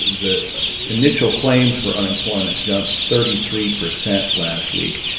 the initial claims for unemployment jumped thirty three percent last week.